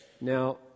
Now